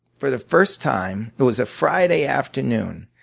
for the first time. it was a friday afternoon.